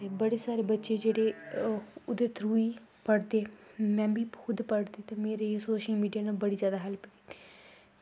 ते बड़े सारे बच्चे जेह्ड़े ओह्दे थ्रू ई पढ़दे में बी खुद पढ़दी ते मेरी सोशल मीडिया कन्नै जादै हैल्प होंदी